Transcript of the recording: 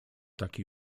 taki